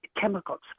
chemicals